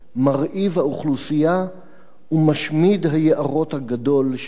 מרעיב האוכלוסייה ומשמיד היערות הגדול של הארץ.